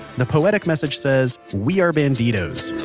the poetic message says, we are banditos.